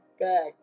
back